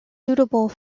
suitable